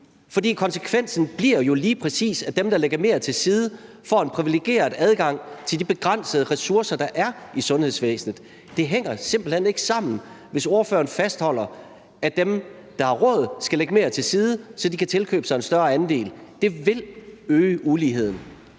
For konsekvensen bliver jo lige præcis, at dem, der lægger mere til side, får en privilegeret adgang til de begrænsede ressourcer, der er i sundhedsvæsenet. Det hænger simpelt hen ikke sammen, hvis ordføreren fastholder, at dem, der har råd, skal lægge mere til side, så de kan tilkøbe sig en større andel. Det vil øge uligheden.